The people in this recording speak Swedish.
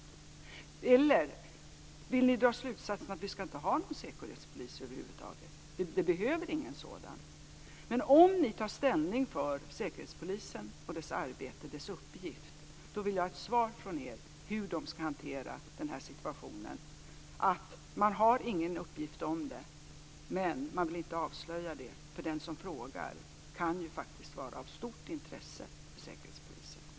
Eller vill ni dra slutsatsen att vi inte ska ha någon säkerhetspolis över huvud taget, att vi inte behöver någon sådan? Om ni tar ställning för Säkerhetspolisen, dess arbete och dess uppgift vill jag ha ett svar från er om hur man ska hantera denna situation: Man har ingen uppgift men inte vill avslöja det, eftersom den som frågar faktiskt kan vara av stort intresse för Säkerhetspolisen.